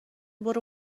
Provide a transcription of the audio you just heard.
برو